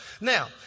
Now